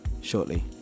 shortly